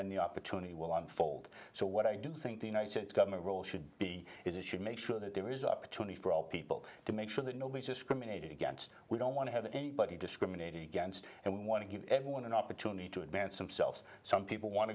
then the opportunity will unfold so what i do think the united states government role should be it should make sure that there is opportunity for all people to make sure that nobody's discriminated against we don't want to have anybody discriminated against and we want to give everyone an opportunity to advance themselves some people want